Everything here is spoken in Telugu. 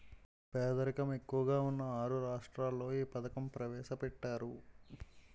పేదరికం ఎక్కువగా ఉన్న ఆరు రాష్ట్రాల్లో ఈ పథకం ప్రవేశపెట్టారు